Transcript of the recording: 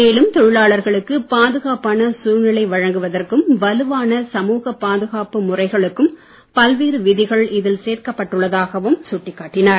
மேலும் தொழிலாளர்களுக்கு பாதுகாப்பான வலுவான சமூக பாதுகாப்பு முறைகளுக்கும் பல்வேறு விதிகள் இதில் சேர்க்கப்பட்டுள்ளதாகவும் சுட்டிக்காட்டினார்